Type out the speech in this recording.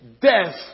Death